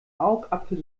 augapfel